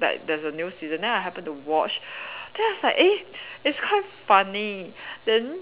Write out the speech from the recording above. like there's a new season then I happen to watch then I was like eh it's quite funny then